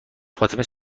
فاطمه